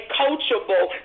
coachable